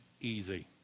easy